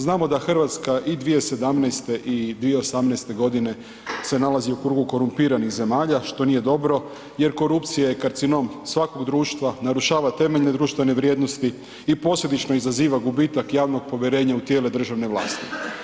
Znamo da Hrvatska i 2017. i 2018. godine se nalazi u krugu korumpiranih zemalja što nije dobro jer korupcija je karcinom svakog društva narušava temeljne društvene vrijednosti i posljedično izaziva gubitak javnog povjerenja u tijela državne vlasti.